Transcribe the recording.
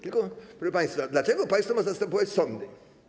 Tylko, proszę państwa, dlaczego państwo ma zastępować sądy?